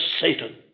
Satan